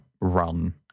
run